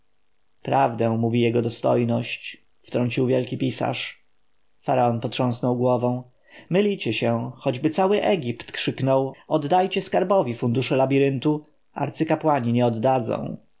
prawdę mówi jego dostojność wtrącił wielki pisarz faraon potrząsnął głową mylicie się choćby cały egipt krzyknął oddajcie skarbowi fundusze labiryntu arcykapłani nie oddadzą